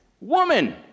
Woman